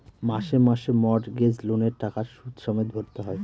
মাসে মাসে মর্টগেজ লোনের টাকা সুদ সমেত ভরতে হয়